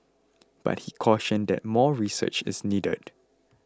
but he cautioned that more research is needed